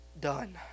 done